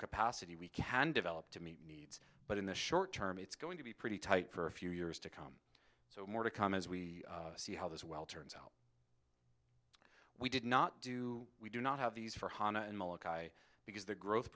capacity we can develop to meet needs but in the short term it's going to be pretty tight for a few years to come so more to come as we see how this well turns out we did not do we do not have these for hannah and molokai because the growth